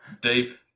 deep